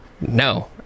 no